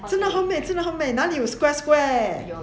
真的很美真的很美哪里有 square square